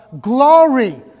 glory